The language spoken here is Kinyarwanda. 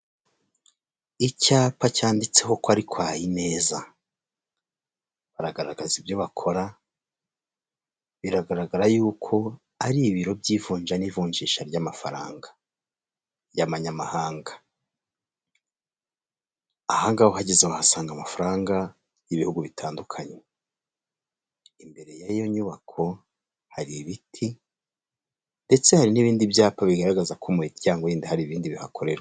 Icyapa cyanditseho ko ari kwa Ineza. Baragaragaza ibyo bakora biragaragara yuko ari ibiro by'ivunja n'ivunjisha ry'amafaranga yamanyamahanga. Ahangaha uhageze uhasanga amafaranga y'ibihugu bitandukanye. Imbere y'iyo nyubako hari ibiti ndetse hari n'ibindi byapa bigaragaza ko hari ibindi bihakorerwa.